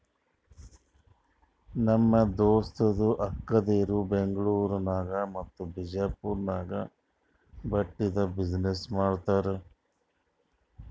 ನಮ್ ದೋಸ್ತದು ಅಕ್ಕಾದೇರು ಬೆಂಗ್ಳೂರ್ ನಾಗ್ ಮತ್ತ ವಿಜಯಪುರ್ ನಾಗ್ ಬಟ್ಟಿದ್ ಬಿಸಿನ್ನೆಸ್ ಮಾಡ್ತಾರ್